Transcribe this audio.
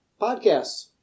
Podcasts